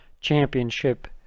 Championship